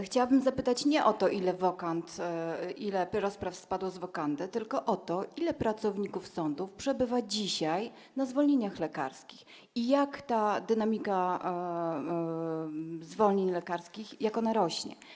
Chciałabym zapytać nie o to, ile rozpraw spadło z wokandy, tylko o to, ilu pracowników sądów przebywa dzisiaj na zwolnieniach lekarskich i jak ta dynamika zwolnień lekarskich rośnie.